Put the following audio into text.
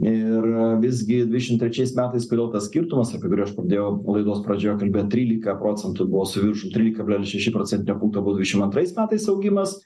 ir visgi dvidešim trečiais metais kodėl tas skirtumas apie kurį aš pradėjau laidos pradžioje kalbėt trylika procentų buvo su viršu trylika kablelis šeši procentinio punkto buvo dvidešim antrais metais augimas